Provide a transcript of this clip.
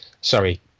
Sorry